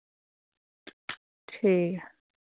ठीक ऐ